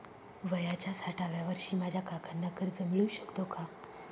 वयाच्या साठाव्या वर्षी माझ्या काकांना कर्ज मिळू शकतो का?